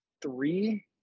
three